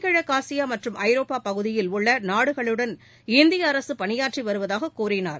கிழக்காசியாமற்றும் தென் ஐரோப்பாபகுதிகளில் உள்ளநாடுகளுடன் இந்திய அரசுபணியாற்றிவருவதாககூறினார்